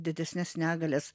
didesnes negalias